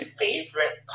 favorite